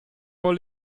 vor